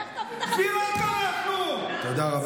לך תביא את החטופים, תודה רבה.